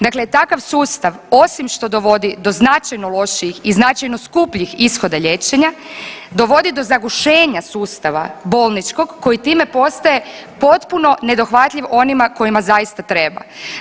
Dakle, takav sustav osim što dovodi do značajno lošijih i značajno skupljih ishoda liječenja dovodi do zagušenja sustava bolničkog koji time postaje potpuno nedohvatljiv onima kojima zaista treba.